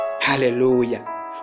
hallelujah